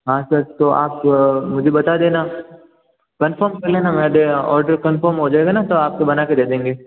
हाँ सर तो आप मुझे बता देना कंफर्म कर लेना ऑर्डर कंफर्म हो जाएगा ना तो आप को बना के दे देंगे